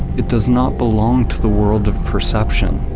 it does not belong to the world of perception,